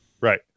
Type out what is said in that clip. Right